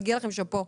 מגיע לכם שאפו.